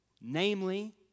Namely